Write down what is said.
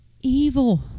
evil